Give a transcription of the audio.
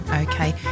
okay